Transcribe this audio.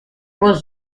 was